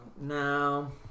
No